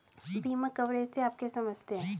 बीमा कवरेज से आप क्या समझते हैं?